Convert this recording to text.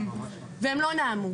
והם לא נעמו.